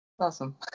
Awesome